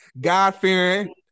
God-fearing